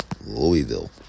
Louisville